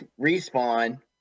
respawn